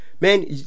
Man